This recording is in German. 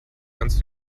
kannst